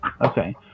Okay